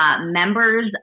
members